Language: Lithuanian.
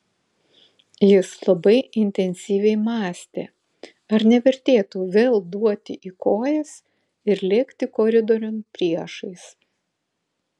jis labai intensyviai mąstė ar nevertėtų vėl duoti į kojas ir lėkti koridoriun priešais